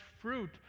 fruit